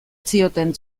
zioten